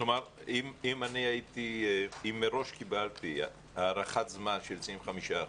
כלומר, אם מראש קיבלתי הארכת זמן של 25%,